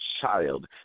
child